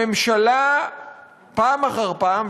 הממשלה פעם אחר פעם,